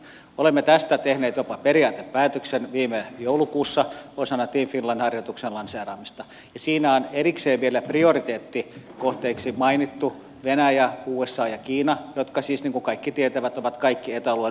olemme tästä tehneet jopa periaatepäätöksen viime joulukuussa osana team finland harjoituksen lanseeraamista ja siinä on erikseen vielä prioriteettikohteiksi mainittu venäjä usa ja kiina jotka siis niin kuin kaikki tietävät ovat kaikki eta alueen ulkopuolisia maita